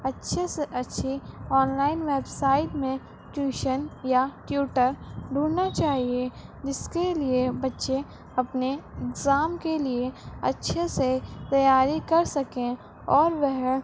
اچھے سے اچھے آن لائن ویب سایٹ میں ٹیوشن یا ٹیوٹر ڈھونڈھنا چاہیے جس کے لیے بچے اپنے اگزام کے لیے اچھے سے تیاری کر سکیں اور وہ